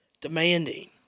demanding